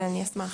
כן, אני אשמח.